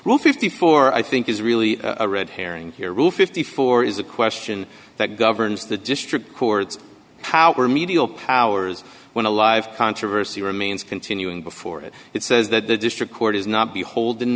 case fifty four i think is really a red herring here rule fifty four is a question that governs the district courts how were medial powers when the live controversy remains continuing before it it says that the district court is not beholden